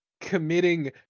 committing